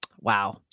Wow